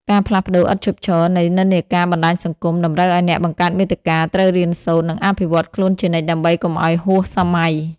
ការផ្លាស់ប្តូរឥតឈប់ឈរនៃនិន្នាការបណ្តាញសង្គម តម្រូវឱ្យអ្នកបង្កើតមាតិកាត្រូវរៀនសូត្រ និងអភិវឌ្ឍខ្លួនជានិច្ចដើម្បីកុំឱ្យហួសសម័យ។